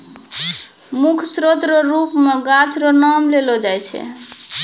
मुख्य स्रोत रो रुप मे गाछ रो नाम लेलो जाय छै